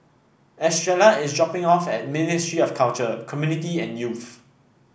Estrella is dropping off at Ministry of Culture Community and Youth